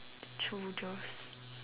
soldiers